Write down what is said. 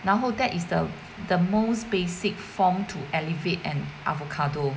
然后 that is the the most basic form to elevate an avocado